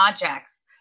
projects